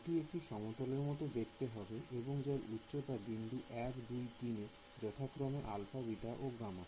এটি একটি সমতলের মতো দেখতে হবে এবং যার উচ্চতা বিন্দু সংখ্যা 1 2 ও 3 এ যথাক্রমে আলফা বিটা ও গামা